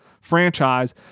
franchise